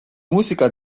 მუსიკა